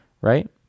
right